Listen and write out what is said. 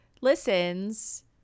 listens